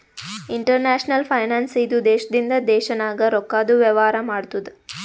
international finance ಇದು ದೇಶದಿಂದ ದೇಶ ನಾಗ್ ರೊಕ್ಕಾದು ವೇವಾರ ಮಾಡ್ತುದ್